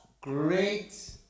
great